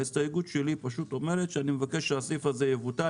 ההסתייגות שלי פשוט אומרת שאני מבקש שהסעיף הזה יבוטל,